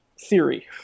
theory